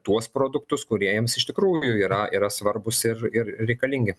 tuos produktus kurie jiems iš tikrųjų yra yra svarbūs ir ir reikalingi